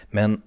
Men